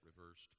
reversed